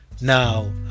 now